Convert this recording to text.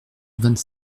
vingt